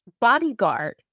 bodyguard